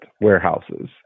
warehouses